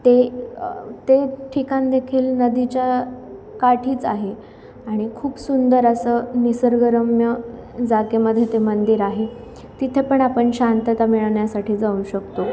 ते ते ठिकाणदेखील नदीच्या काठीच आहे आणि खूप सुंदर असं निसर्गरम्य जागेमध्ये ते मंदिर आहे तिथे पण आपण शांतता मिळण्यासाठी जाऊ शकतो